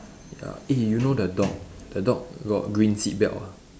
ya eh you know the dog the dog got green seatbelt ah